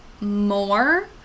more